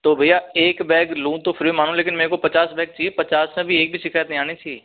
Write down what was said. तो भैया एक बैग लूँ तो फिर भी मानो लेकिन मुझे पचास बैग चाहिए पचास में से एक में भी शिकायत नहीं आनी चाहिए